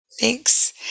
Thanks